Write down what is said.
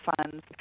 funds